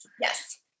Yes